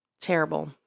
Terrible